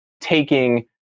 taking